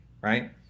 right